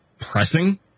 pressing